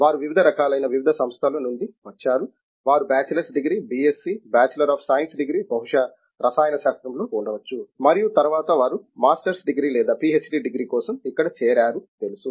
వారు వివిధ రకాలైన వివిధ సంస్థల నుండి వచ్చారువారు bachelors degree BSc bachelor of science degree బహుశా రసాయన శాస్త్రంలో ఉండవచ్చు మరియు తరువాత వారు మాస్టర్స్ డిగ్రీ లేదా పిహెచ్డి డిగ్రీ కోసం ఇక్కడ చేరారు తెలుసు